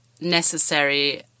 necessary